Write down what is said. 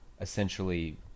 essentially